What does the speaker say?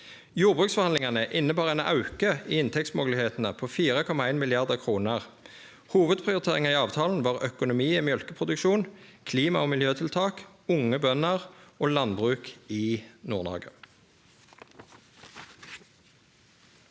Jordbruksforhandlingane innebar ein auke i inntektsmoglegheitene på 4,1 mrd. kr. Hovudprioriteringar i avtalen var økonomi i mjølkeproduksjon, klima- og miljøtiltak, unge bønder og landbruk i Nord-Noreg.